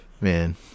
man